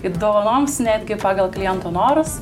ir dovanoms netgi pagal kliento norus